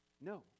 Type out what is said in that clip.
No